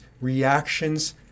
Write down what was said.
reactions